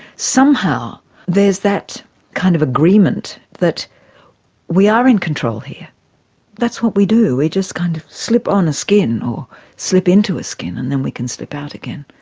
somehow there's that kind of agreement that we are in control here that's what we do, we just kind of slip on a skin or slip into a skin and then we can slip out again.